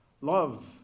love